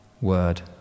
word